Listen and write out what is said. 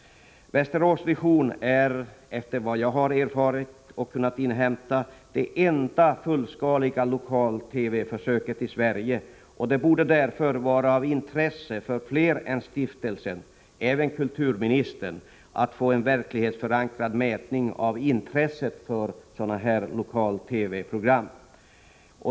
Västerås Vision är enligt vad jag har erfarit och kunnat inhämta det enda fullskaliga lokal-TV-försöket i Sverige. Det borde därför vara av intresse för fler än stiftelsen — även kulturministern — att få en verklighetsförankrad mätning av intresset för sådana lokal-TV-program.